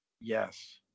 Yes